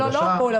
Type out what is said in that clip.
לא הכל,